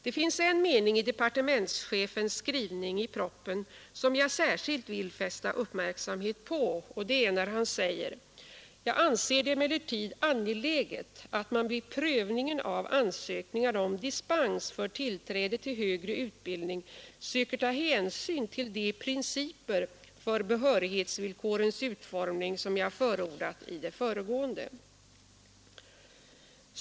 Det finns en mening i departementschefens skrivning i propositionen som jag särskilt vill fästa uppmärksamheten på, nämligen: ”Jag anser det emellertid angeläget att man vid prövningen av ansökningar om dispens för tillträde till högre utbildning söker ta hänsyn till de principer för behörighetsvillkorens utformning som jag förordat i det föregående.